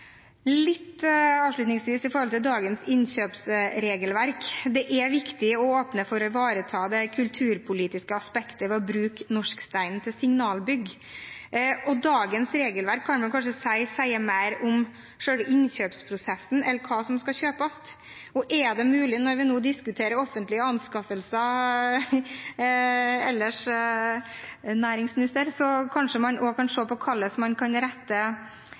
litt om innkjøpsordningen når det gjelder dagens innkjøpsregelverk: Det er viktig å åpne opp for å ivareta det kulturpolitiske aspektet ved å bruke norsk stein til signalbygg. Dagens regelverk sier kanskje mer om selve innkjøpsprosessen enn om hva som skal kjøpes. Er det mulig, når vi nå diskuterer offentlige anskaffelser ellers, næringsminister, kanskje også å se på hvordan man kan rette